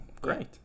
great